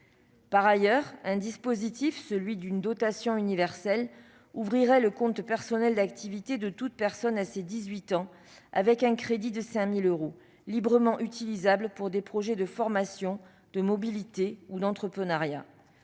Par ailleurs, un dispositif de dotation universelle ouvrirait un compte personnel d'activité pour toute personne à ses 18 ans avec un crédit de 5 000 euros librement utilisable pour des projets de formation, de mobilité ou d'entrepreneuriat.